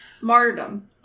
Martyrdom